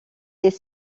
des